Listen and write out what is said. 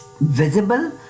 visible